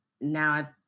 now